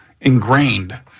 ingrained